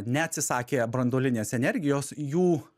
neatsisakė branduolinės energijos jų